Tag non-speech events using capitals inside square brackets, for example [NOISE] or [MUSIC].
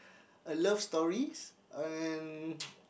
a love stories and [NOISE]